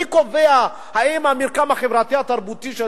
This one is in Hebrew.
מי קובע האם המרקם החברתי-התרבותי של